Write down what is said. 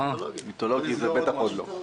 מיתולוגי בטח עוד לא.